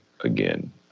again